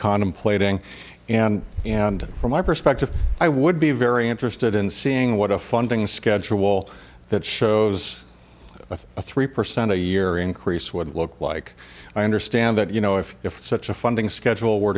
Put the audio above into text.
contemplating and and from my perspective i would be very interested in seeing what a funding schedule wall that shows a three percent a year increase would look like i understand that you know if if such a funding schedule were